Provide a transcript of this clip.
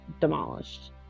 demolished